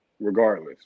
regardless